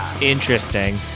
Interesting